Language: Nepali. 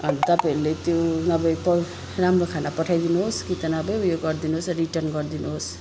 अनि तपाईँहरूले त्यो नभए राम्रो खाना पठाइदिनुहोस् कि त नभए ऊ यो गरिदिनुहोस् रिटर्न गरिदिनुहोस्